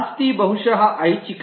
ಆಸ್ತಿ ಬಹುಶಃ ಐಚ್ಛಿಕ